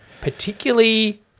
particularly